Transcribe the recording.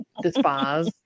despise